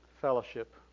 fellowship